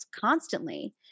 constantly